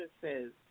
services